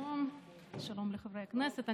שלום, שלום לחברי הכנסת.